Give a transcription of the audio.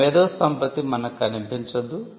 కాని మేధోసంపత్తి మనకు కనిపించదు